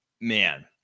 Man